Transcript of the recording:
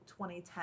2010